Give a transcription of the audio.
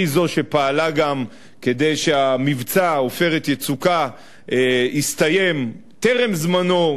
היא זו שפעלה גם כדי שמבצע "עופרת יצוקה" יסתיים טרם זמנו,